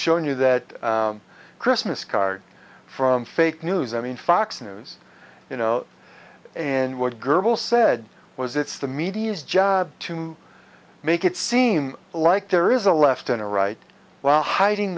shown you that christmas card from fake news i mean fox news you know and what gerbil said was it's the media's job to make it seem like there is a left and a right while hiding